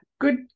Good